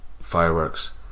fireworks